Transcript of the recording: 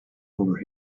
over